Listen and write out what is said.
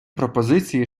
пропозиції